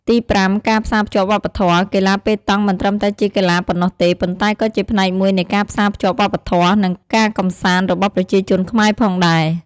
ទីប្រាំការផ្សារភ្ជាប់វប្បធម៌ កីឡាប៉េតង់មិនត្រឹមតែជាកីឡាប៉ុណ្ណោះទេ ប៉ុន្តែក៏ជាផ្នែកមួយនៃការផ្សារភ្ជាប់វប្បធម៌ និងការកម្សាន្តរបស់ប្រជាជនខ្មែរផងដែរ។